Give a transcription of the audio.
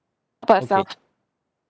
how about yourself